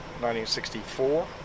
1964